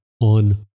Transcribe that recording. on